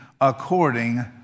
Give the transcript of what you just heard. according